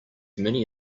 many